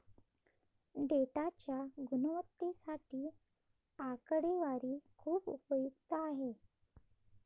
डेटाच्या गुणवत्तेसाठी आकडेवारी खूप उपयुक्त आहे